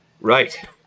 Right